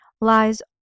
lies